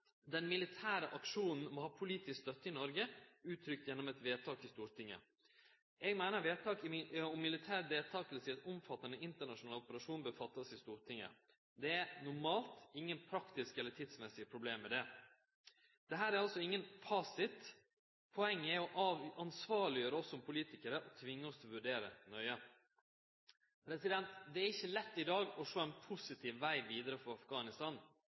Den militære aksjonen må ha politisk støtte i Noreg, uttrykt gjennom eit vedtak i Stortinget. Eg meiner vedtak om militær deltaking i ein omfattande internasjonal operasjon bør gjerast i Stortinget. Det er normalt ingen praktiske eller tidsmessige problem med det. Dette er altså ingen fasit. Poenget er å ansvarleggjere oss som politikarar og tvinge oss til å vurdere det nøye. Det er ikkje lett i dag å sjå ein positiv veg vidare